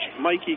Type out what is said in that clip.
Mikey